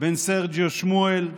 בן סרג'יו שמואל וברוריה,